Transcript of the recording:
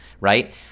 right